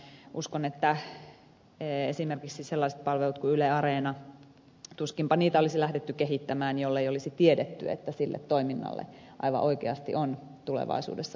uskon että esimerkiksi sellaisia palveluja kuin yle areenaa tuskinpa olisi lähdetty kehittämään ellei olisi tiedetty että sille toiminnalle aivan oikeasti on tulevaisuudessa myöskin resursseja ja varoja